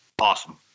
awesome